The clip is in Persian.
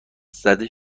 زده